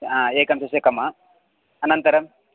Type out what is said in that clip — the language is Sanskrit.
एकं चशकम् अनन्तरम्